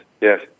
yes